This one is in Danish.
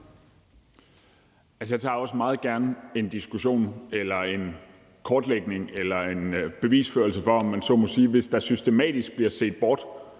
Jeg tager også meget gerne en diskussion, får lavet en kortlægning af eller bevisførelse for, hvis der, om man så må sige, systematisk bliver set bort